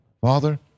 Father